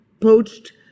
poached